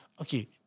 Okay